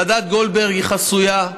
וועדת גולדברג היא חסויה,